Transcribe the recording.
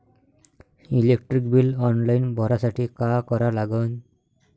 Electric bill online भरासाठी का करा लागन?